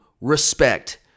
respect